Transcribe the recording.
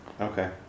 Okay